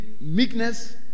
meekness